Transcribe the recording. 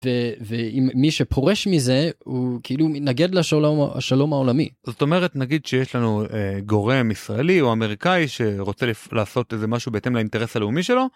ואם מי שפורש מזה הוא כאילו מתנגד לשלום השלום העולמי זאת אומרת נגיד שיש לנו גורם ישראלי או אמריקאי שרוצה לעשות איזה משהו בהתאם לאינטרס הלאומי שלו.